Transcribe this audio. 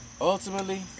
Ultimately